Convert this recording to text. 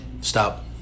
Stop